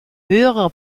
höhere